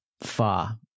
far